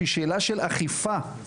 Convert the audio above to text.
שהיא שאלה של אכיפה,